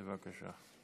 בבקשה.